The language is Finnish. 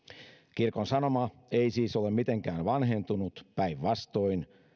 kirkon sanoma ei siis ole mitenkään vanhentunut päinvastoin